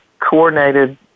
coordinated